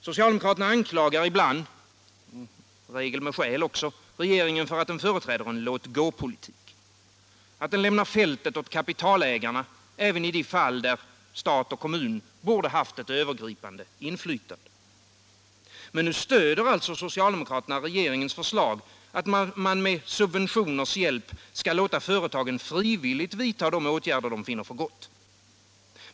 Socialdemokraterna anklagar ibland regeringen, i regel med skäl också, för att den företräder en låt-gå-politik, att den lämnar fältet åt kapitalägarna även i de fall där stat och kommun borde ha haft ett övergripande inflytande. Men nu stöder alltså socialdemokraterna regeringens förslag att man med subventioners hjälp skall låta företagen frivilligt vidta de åtgärder som de finner för gott.